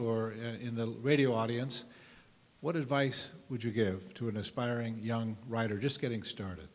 or in the radio audience what advice would you give to an aspiring young writer just getting started